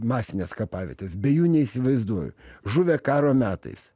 masinės kapavietes be jų neįsivaizduoju žuvę karo metais